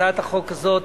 הצעת החוק הזאת